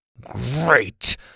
Great